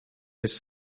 his